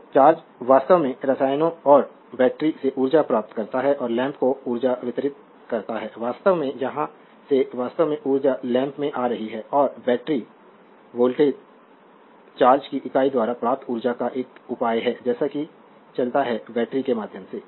तो चार्ज वास्तव में रसायनों और बैटरी से ऊर्जा प्राप्त करता है और लैंप को ऊर्जा वितरित करता है वास्तव में यहां से वास्तव में ऊर्जा लैंप में आ रही है और बैटरी वोल्टेज चार्ज की इकाई द्वारा प्राप्त ऊर्जा का एक उपाय है जैसे कि चलता है बैटरी के माध्यम से